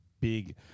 big